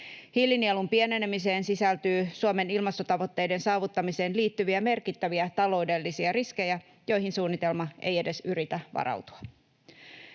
Hiilinielujen pienenemiseen sisältyy Suomen ilmastotavoitteiden saavuttamiseen liittyviä merkittäviä taloudellisia riskejä, joihin suunnitelma ei edes yritä varautua.